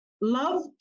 Love